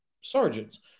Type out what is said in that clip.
sergeants